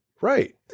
Right